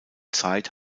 zeit